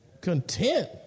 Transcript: Content